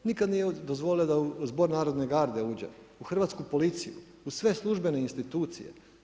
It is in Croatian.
Nikad nije dozvolio da u Zbor narodne garde uđe, u hrvatsku policiju, u sve službene institucije.